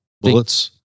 bullets